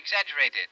exaggerated